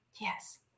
Yes